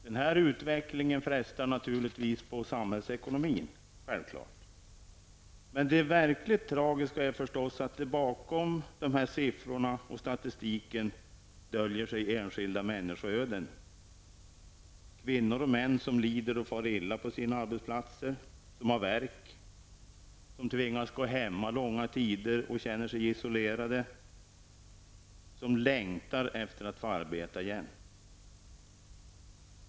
Den här utvecklingen frestar naturligtvis på samhällsekonomin -- det är självklart -- men det verkligt tragiska är förstås att det bakom siffror och statistik döljer sig enskilda människoöden: kvinnor och män som lider och far illa på sina arbetsplatser, som har värk, som tvingas gå hemma under långa tider och känner sig isolerade, som längtar efter att få arbeta igen.